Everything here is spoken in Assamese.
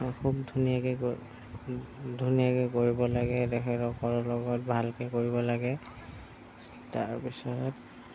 খুব ধুনীয়াকৈ কৰিব লাগে তেখেতেসকলৰ লগত ভালকৈ কৰিব লাগে তাৰ পিছত